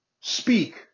speak